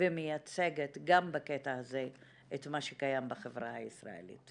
ומייצגת גם בקטע הזה את מה שקיים בחברה הישראלית,